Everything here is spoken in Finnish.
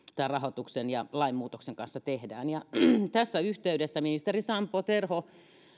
tämän rahoituksen ja lainmuutoksen kanssa tehdään tässä yhteydessä ministeri sampo terho